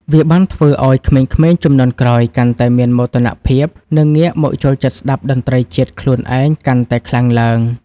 វាបានធ្វើឱ្យក្មេងៗជំនាន់ក្រោយកាន់តែមានមោទនភាព និងងាកមកចូលចិត្តស្តាប់តន្ត្រីជាតិខ្លួនឯងកាន់តែខ្លាំងឡើង។